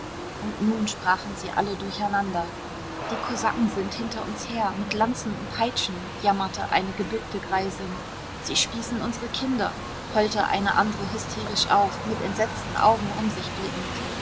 und nun sprachen sie alle durcheinander die kosaken sind hinter uns her mit lanzen und peitschen jammerte eine gebückte greisin sie spießen unsre kinder heulte eine andere hysterisch auf mit entsetzten augen um sich blickend